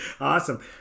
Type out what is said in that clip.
Awesome